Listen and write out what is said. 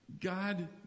God